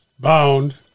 bound